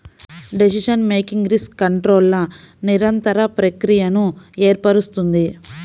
decision making risk కంట్రోల్ల నిరంతర ప్రక్రియను ఏర్పరుస్తుంది